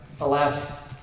alas